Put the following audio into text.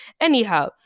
anyhow